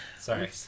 Sorry